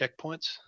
checkpoints